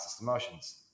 emotions